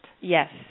Yes